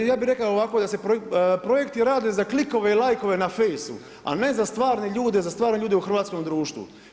Ja bih rekao ovako projekti rade za klikove i lajkove na Fejsu, a ne za stvarne ljude, za stvarne ljude u hrvatskom društvu.